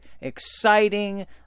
exciting